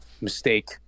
mistake